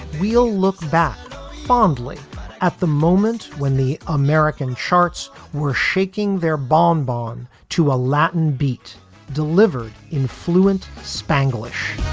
we'll look back fondly at the moment when the american charts were shaking their bon-bon to a latin beat delivered in fluent spanglish